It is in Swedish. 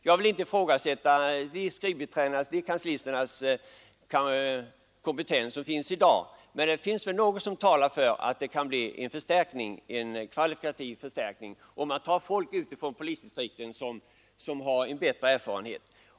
Jag vill inte ifrågasätta kompetensen hos de nuvarande kanslisterna, men det finns väl något som talar för att det kan bli en kvalitativ förstärkning om man tar folk utifrån polisdistrikten som har bättre erfarenhet.